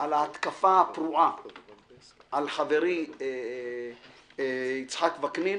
על ההתקפה הפרועה על חברי יצחק וקנין